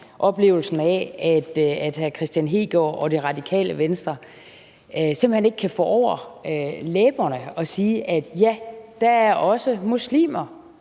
oplevelsen af, at hr. Kristian Hegaard og Radikale Venstre simpelt hen ikke kan få over deres læber at sige, at ja, der er også muslimer,